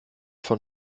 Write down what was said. von